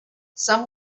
some